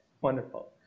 Wonderful